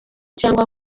cyangwa